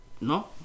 No